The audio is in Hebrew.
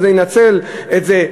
אז אני אנצל את זה,